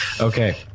Okay